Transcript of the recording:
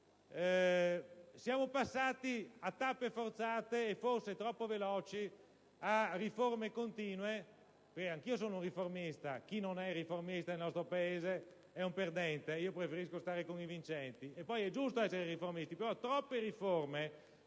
siamo passati a tappe forzate e forse troppo veloci a riforme continue. Anch'io sono un riformista: chi non è riformista nel nostro Paese è un perdente, e io preferisco stare con i vincenti, e inoltre è giusto essere riformisti. Tuttavia troppe riforme